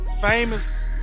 famous